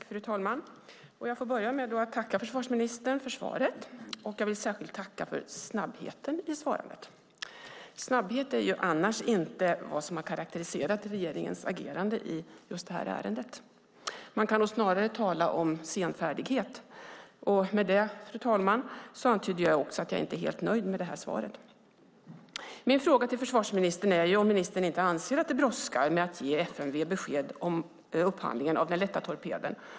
Fru talman! Jag får börja med att tacka försvarsministern för svaret. Jag vill särskilt tacka för snabbheten i svaret. Snabbhet är annars inte vad som har karakteriserat regeringens agerande i just det här ärendet. Man kan snarare tala om senfärdighet. Med det, fru talman, antyder jag också att jag inte är helt nöjd med det här svaret. Min fråga till försvarsministern är ju om ministern inte anser att det brådskar med att ge FMV besked om upphandlingen av den lätta torpeden.